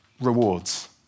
rewards